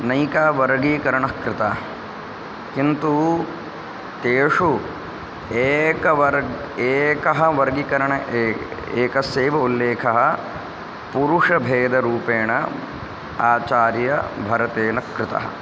नैके वर्गीकरणाः कृताः किन्तु तेषु एकवर् एकः वर्गीकरणः ए एकस्यैव उल्लेखः पुरुषभेदरूपेण आचार्यभरतेन कृतः